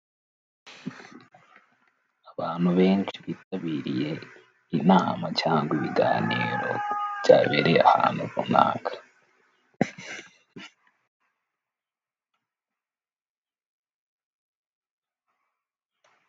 Abantu benshi bitabiriye inama cyangwa ibiganiro byabereye ahantu runaka.